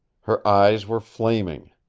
her eyes were flaming.